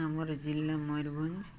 ଆମର ଜିଲ୍ଲା ମୟୂରଭଞ୍ଜ